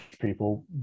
people